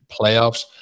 playoffs